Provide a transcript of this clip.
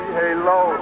hello